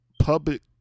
public